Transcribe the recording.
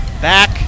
back